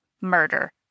murder